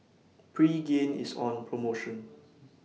Pregain IS on promotion